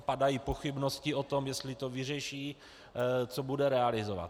Padají pochybnosti o tom, jestli to vyřeší, co bude realizovat.